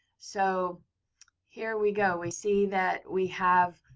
so here we go. we see that we have